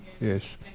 Yes